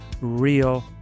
Real